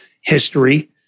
history